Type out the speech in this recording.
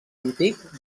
antic